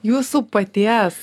jūsų paties